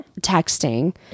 texting